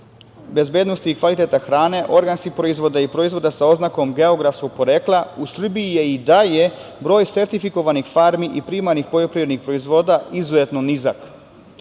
bezbednosti i kvaliteta hrane, organskih proizvoda i proizvoda sa oznakom geografskog porekla u Srbiji je i dalje broj sertifikovanih farmi i primarnih poljoprivrednih proizvoda izuzetno nizak. Godine